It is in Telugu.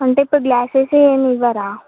అంటే ఇప్పుడు గ్లాసెస్ ఏమివ్వరా